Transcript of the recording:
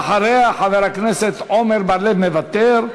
ואחריה, חבר הכנסת עמר בר-לב, מוותר.